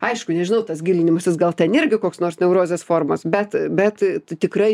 aišku nežinau tas gilinimasis gal ten irgi koks nors neurozės formos bet bet tikrai